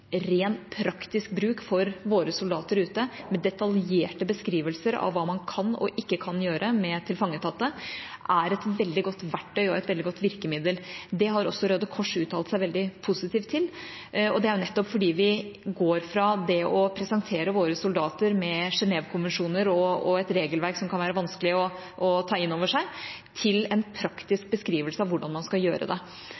praktisk bruk for våre soldater ute, med detaljerte beskrivelser av hva man kan og ikke kan gjøre med tilfangetatte, er et veldig godt verktøy og et veldig godt virkemiddel. Det har også Røde Kors uttalt seg veldig positivt om, og det er nettopp fordi vi går fra å presentere for våre soldater Genève-konvensjoner og et regelverk som kan være vanskelig å ta inn over seg, til å gi en